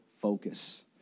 Focus